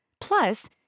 Plus